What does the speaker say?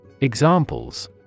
Examples